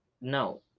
No